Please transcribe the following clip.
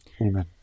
Amen